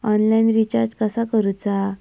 Online recharge कसा करूचा?